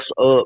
up